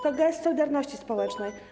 To gest solidarności społecznej.